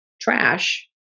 trash